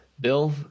Bill